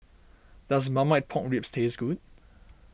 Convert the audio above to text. does Marmite Pork Ribs taste good